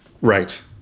Right